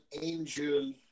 Angel